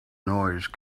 noise